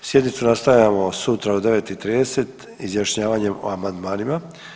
Sjednicu nastavljamo sutra u 9 i 30 izjašnjavanjem o amandmanima.